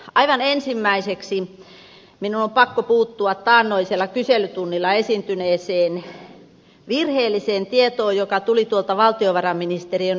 aivan ensimmäiseksi minun on pakko puuttua taannoisella kyselytunnilla esiintyneeseen virheelliseen tietoon joka tuli valtiovarainministeriön aitiosta